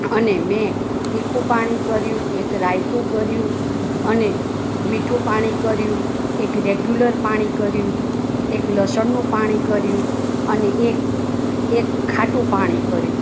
અને મેં તીખું પાણી કર્યું એક રાઈતું કર્યું અને મીઠું પાણી કર્યું એક રેગ્યુલર પાણી કર્યું એક લસણનું પાણી કર્યું અને એક એક ખાટું કર્યું